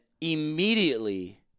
immediately